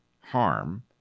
harm